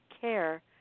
care